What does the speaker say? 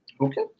Okay